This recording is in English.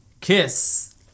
KISS